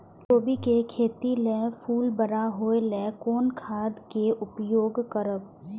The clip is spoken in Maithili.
कोबी के खेती लेल फुल बड़ा होय ल कोन खाद के उपयोग करब?